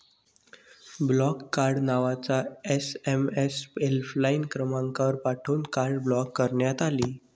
block card नावाचा SMS helpline क्रमांकावर पाठवून कार्ड ब्लॉक करण्यात आले